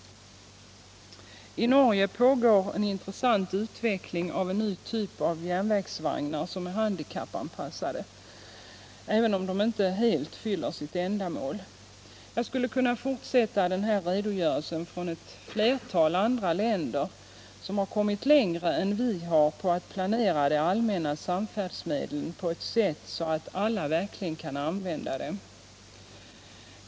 I Norge pågår en intressant utveckling av en ny typ av järnvägsvagnar som är handikappanpassade även om de inte helt fyller sitt ändamål. Jag skulle kunna fortsätta den här redogörelsen med exempel från ett flertal andra länder, som har kommit längre än vi på att planera de allmänna samfärdsmedlen så att alla verkligen kan använda dem.